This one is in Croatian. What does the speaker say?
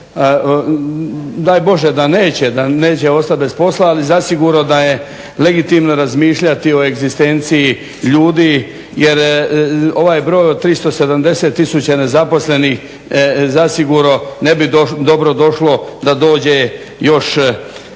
daj Bože da neće, da neće ostati bez posla, ali zasigurno da je legitimno razmišljati o egzistenciji ljudi. Jer ovaj broj od 370 tisuća nezaposlenih zasigurno ne bi dobro došlo da dođe još